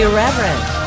Irreverent